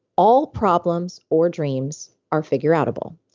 all problems or dreams are figureoutable.